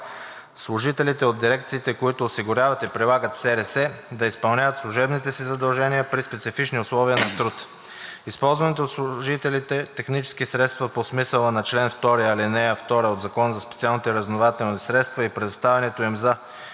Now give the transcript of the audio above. служителите от дирекциите, които осигуряват и прилагат СРС, да изпълняват служебните си задължения при специфични условия на труд. Използваните от служителите технически средства са по смисъла на чл. 2, ал. 2 от Закона за специалните разузнавателни средства и предоставянето им за